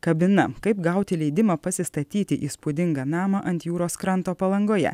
kabina kaip gauti leidimą pasistatyti įspūdingą namą ant jūros kranto palangoje